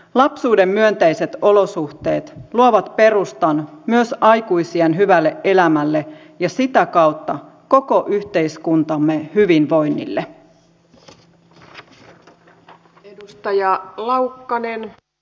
lapsuuden myönteiset olosuhteet luovat perustan myös aikuisiän hyvälle elämälle ja sitä kautta koko yhteiskuntamme hyvinvoinnille